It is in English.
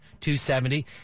270